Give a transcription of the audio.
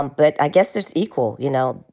um but i guess there's equal. you know,